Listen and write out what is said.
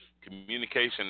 communication